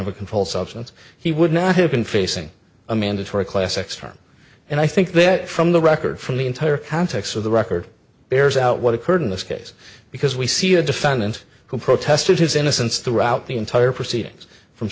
of a controlled substance he would not have been facing a mandatory class xterm and i think that from the record from the entire context of the record bears out what occurred in this case because we see a defendant who protested his innocence throughout the entire proceedings from